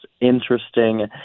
interesting